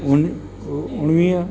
उन उणिवीह